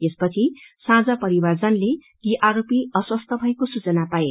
यसपछि साँझ परिवारजनले ती आरोपी अस्वस्थ्य भएको सूचा पाए